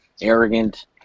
arrogant